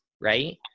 Right